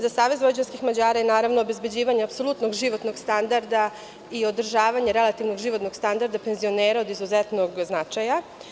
Za SVM je naravno obezbeđivanje apsolutnog životnog standarda i održavanje relativno životnog standarda penzionera od izuzetnog značaja.